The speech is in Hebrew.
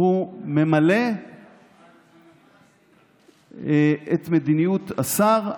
ממלא את מדיניות השר.